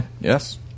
Yes